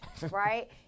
right